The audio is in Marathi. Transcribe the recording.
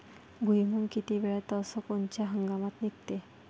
भुईमुंग किती वेळात अस कोनच्या हंगामात निगते?